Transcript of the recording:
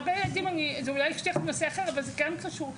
הרבה ילדים אני זה אולי שייך לנושא אחר אבל זה כן קשור,